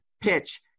PITCH